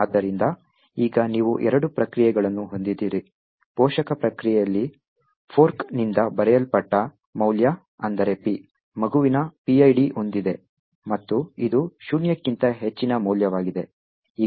ಆದ್ದರಿಂದ ಈಗ ನೀವು ಎರಡು ಪ್ರಕ್ರಿಯೆಗಳನ್ನು ಹೊಂದಿದ್ದೀರಿ ಪೋಷಕ ಪ್ರಕ್ರಿಯೆಯಲ್ಲಿ ಫೋರ್ಕ್ನಿಂದ ಬರೆಯಲ್ಪಟ್ಟ ಮೌಲ್ಯ ಅಂದರೆ P ಮಗುವಿನ PID ಹೊಂದಿದೆ ಮತ್ತು ಇದು ಶೂನ್ಯಕ್ಕಿಂತ ಹೆಚ್ಚಿನ ಮೌಲ್ಯವಾಗಿದೆ